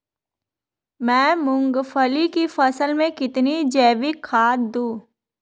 मैं मूंगफली की फसल में कितनी जैविक खाद दूं?